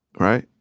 right?